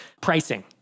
Pricing